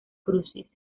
crucis